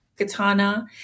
Katana